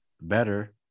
better